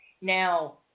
Now